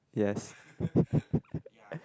yes